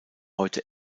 heute